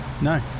No